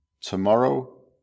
Tomorrow